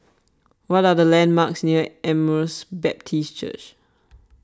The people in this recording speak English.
what are the landmarks near Emmaus Baptist Church